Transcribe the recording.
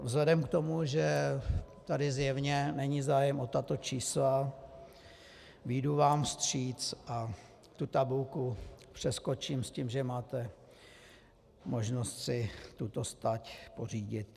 Vzhledem k tomu, že tady zjevně není zájem o tato čísla, vyjdu vám vstříc a tu tabulku přeskočím s tím, že máte možnost si tuto stať pořídit.